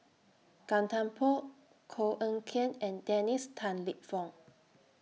Gan Thiam Poh Koh Eng Kian and Dennis Tan Lip Fong